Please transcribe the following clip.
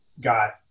got